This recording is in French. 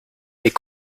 est